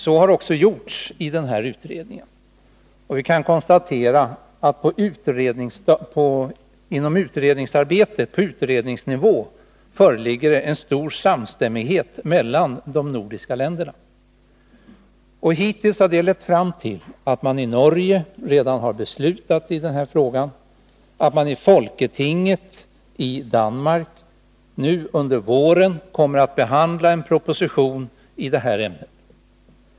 Så har också gjorts i den här utredningen, och vi kan konstatera att det på utredningsnivå föreligger stor samstämmighet mellan de nordiska länderna. Hittills har det lett fram till att man i Norge redan har beslutat i denna fråga och att det i folketinget i Danmark under våren kommer att behandlas en proposition i det här ämnet.